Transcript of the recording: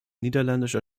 niederländischer